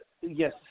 Yes